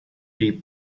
die